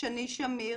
שני שמיר,